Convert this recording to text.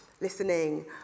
listening